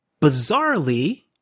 bizarrely